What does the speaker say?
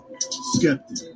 Skeptic